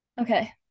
Okay